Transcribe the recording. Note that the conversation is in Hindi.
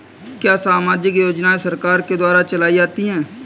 क्या सामाजिक योजनाएँ सरकार के द्वारा चलाई जाती हैं?